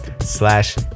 slash